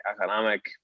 economic